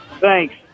Thanks